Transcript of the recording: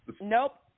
Nope